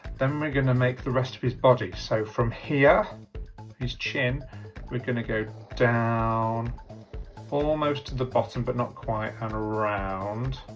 then we're going to make the rest of his body so from here his chin we're gonna go down almost to the bottom but not quite and around